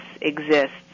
exists